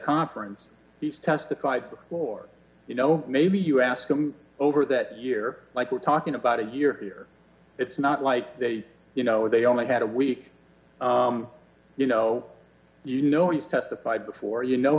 conference he's testified before you know maybe you ask them over that year like we're talking about a year here it's not like they you know they only had a week you know you know he's testified before you know